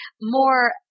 more